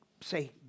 say